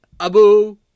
Abu